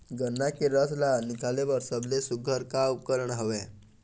गन्ना के रस ला निकाले बर सबले सुघ्घर का उपकरण हवए?